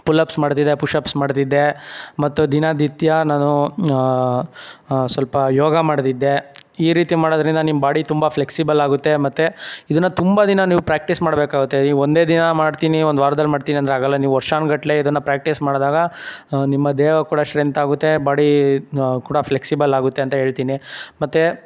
pull-ups ಮಾಡ್ತಿದ್ದೆ pushups ಮಾಡ್ತಿದ್ದೆ ಮತ್ತು ದಿನ ನಿತ್ಯ ನಾನು ಸ್ವಲ್ಪ ಯೋಗ ಮಾಡ್ತಿದ್ದೆ ಈ ರೀತಿ ಮಾಡೋದ್ರಿಂದ ನಿಮ್ಮ ಬಾಡಿ ತುಂಬ ಫ್ಲೆಕ್ಸಿಬಲ್ ಆಗುತ್ತೆ ಮತ್ತು ಇದನ್ನ ತುಂಬ ದಿನ ನೀವು ಪ್ರಾಕ್ಟೀಸ್ ಮಾಡಬೇಕಾಗುತ್ತೆ ನೀವು ಒಂದೇ ದಿನ ಮಾಡ್ತೀನಿ ಒಂದು ವಾರದಲ್ಲಿ ಮಾಡ್ತೀನಿ ಅಂದರೆ ಆಗೋಲ್ಲ ನೀವು ವರ್ಷಾನುಗಟ್ಲೆ ಇದನ್ನು ಪ್ರಾಕ್ಟೀಸ್ ಮಾಡಿದಾಗ ನಿಮ್ಮ ದೇಹ ಕೂಡ ಸ್ಟ್ರೆಂತ್ ಆಗುತ್ತೆ ಬಾಡಿ ಕೂಡ ಫ್ಲೆಕ್ಸಿಬಲ್ ಆಗುತ್ತೆ ಅಂತ ಹೇಳ್ತೀನಿ ಮತ್ತು